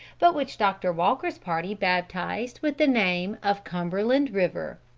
but which doctor walker's party baptised with the name of cumberland river.